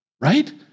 Right